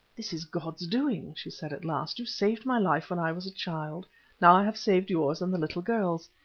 this is god's doing, she said at last. you saved my life when i was a child now i have saved yours and the little girl's.